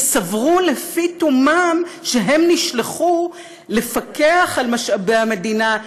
שסברו לפי תומם שהם נשלחו לפקח על משאבי המדינה,